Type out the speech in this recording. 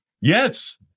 Yes